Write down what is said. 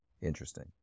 Interesting